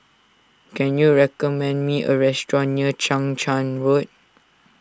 can you recommend me a restaurant near Chang Charn Road